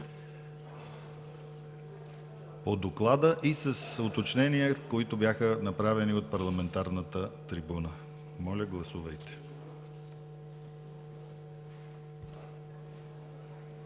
по доклада и с уточнения, които бяха направени от парламентарната трибуна. Гласували